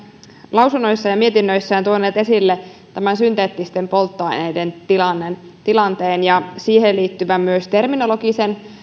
lausunnoissaan ja mietinnöissään tuoneet esille tämän synteettisten polttoaineiden tilanteen ja myös siihen liittyvän terminologisen